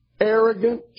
arrogant